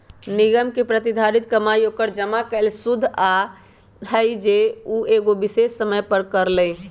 निगम के प्रतिधारित कमाई ओकर जमा कैल शुद्ध आय हई जे उ एगो विशेष समय पर करअ लई